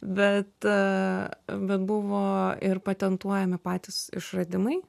bet bet buvo ir patentuojami patys išradimai